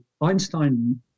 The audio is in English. Einstein